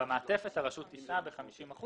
במעטפת הרשות תישא ב-50%,